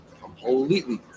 completely